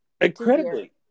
Incredibly